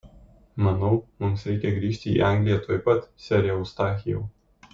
manau mums reikia grįžti į angliją tuoj pat sere eustachijau